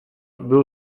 byl